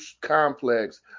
complex